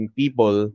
people